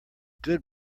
good